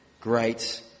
great